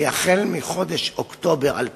כי החל מחודש אוקטובר 2008